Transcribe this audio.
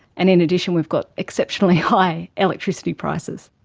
and in addition we've got exceptionally high electricity prices.